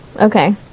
Okay